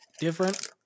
different